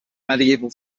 medieval